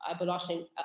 abolishing